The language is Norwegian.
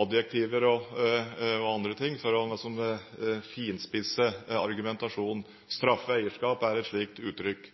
adjektiver og annet for å finspisse argumentasjonen. «Straffe eierskap» er et slikt uttrykk.